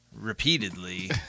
repeatedly